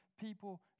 people